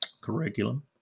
curriculum